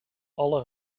alle